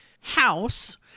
house